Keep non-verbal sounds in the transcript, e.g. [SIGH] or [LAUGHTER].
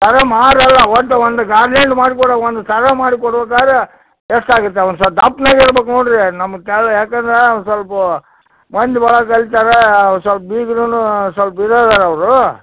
ಅದು ಮಾರಲ್ಲ ಒಂದು ಒಂದು ಗಾರ್ಲ್ಯಾಂಡ್ ಮಾಡ್ಕೊಡು ಒಂದು ಸರ ಮಾಡಿಕೊಡೋದಾರೆ ಎಷ್ಟಾಗುತ್ತೆ ಒಂದು ಸೊಲ್ಪ ದಪ್ಪನಾಗೆ ಇರಬೇಕು ನೋಡಿರಿ ನಮ್ಮ ತೆಳು ಯಾಕಂದ್ರೆ ಒಂದು ಸೊಲ್ಪ ಒಂದು ಮೊಳಕ್ಕೆ ಐದು ಸಾವಿರ ಸೊಲ್ಪ ಬೀಗ್ರುನು ಸೊಲ್ಪ [UNINTELLIGIBLE] ಅದಾರ ಅವರು